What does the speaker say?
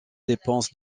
dépenses